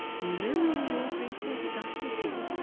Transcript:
knowing your great anxiety,